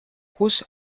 kus